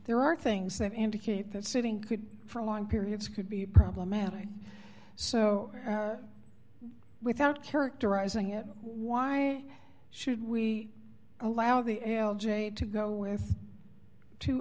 there are things that indicate that sitting could for long periods could be problematic so without characterizing it why should we allow the l j to go with two